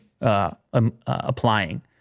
applying